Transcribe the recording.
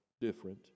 different